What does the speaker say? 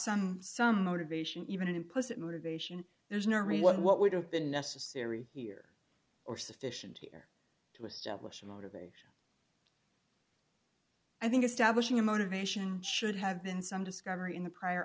some some motivation even an implicit motivation there's normally what would have been necessary here or sufficient here to establish a motivation i think establishing a motivation should have been some discovery in the prior